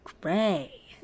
gray